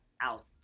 out